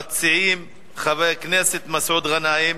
המציע, חבר הכנסת מסעוד גנאים,